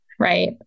right